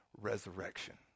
resurrection